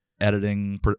editing